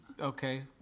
okay